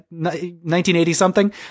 1980-something